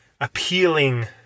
appealing